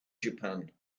japan